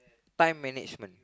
time management